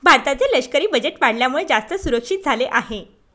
भारताचे लष्करी बजेट वाढल्यामुळे, जास्त सुरक्षित झाले आहे